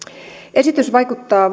esitys vaikuttaa